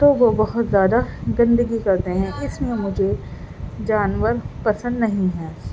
تو وہ بہت زیادہ گندگی کرتے ہیں اس لیے مجھے جانور پسند نہیں ہیں